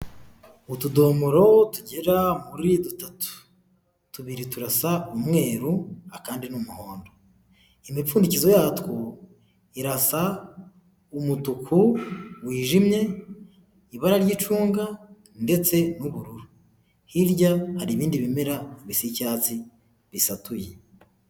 Utudomoro tugera muri tubiri turasa umweru akandi ni umuhondo imipfundinikizo yatwo irasa umutuku wijimye, ibara ry'icunga ndetse n'ubururu. Hirya hari ibindi bimera bisa icyatsi bisatuye.